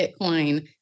Bitcoin